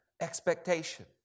expectation